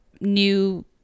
new